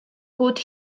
bod